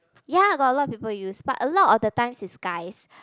ya got a lot of people use but a lot of the times is guys